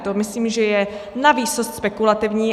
To myslím, že je na výsost spekulativní.